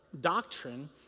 doctrine